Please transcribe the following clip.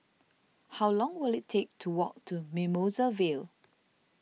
how long will it take to walk to Mimosa Vale